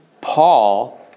Paul